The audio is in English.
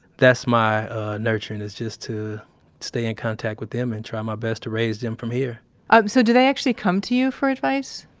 that's my nurturing is just to stay in contact with them and try my best to raise them from here so, do they actually come to you for advice?